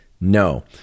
no